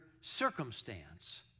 circumstance